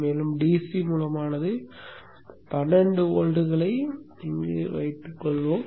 எனவே DC மூல மதிப்பான 12 வோல்ட்களை வைத்துக் கொள்வோம்